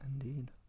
Indeed